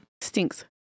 Stinks